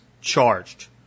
charged